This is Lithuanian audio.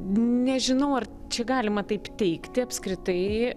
nežinau ar čia galima taip teigti apskritai